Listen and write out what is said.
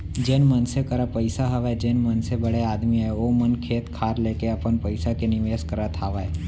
जेन मनसे करा पइसा हवय जेन मनसे बड़े आदमी अय ओ मन खेत खार लेके अपन पइसा के निवेस करत हावय